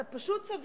אתה פשוט צודק